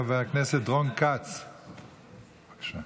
חבר הכנסת רון כץ, בבקשה.